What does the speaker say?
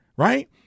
Right